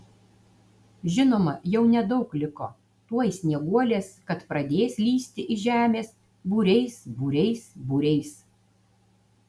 žinoma jau nedaug liko tuoj snieguolės kad pradės lįsti iš žemės būriais būriais būriais